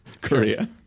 Korea